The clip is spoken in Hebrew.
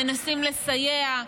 מנסים לסייע.